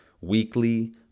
weekly